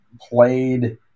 played